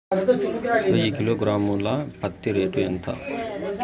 వెయ్యి కిలోగ్రాము ల పత్తి రేటు ఎంత?